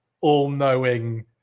All-knowing